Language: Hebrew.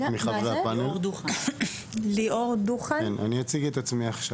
אני אציג עכשיו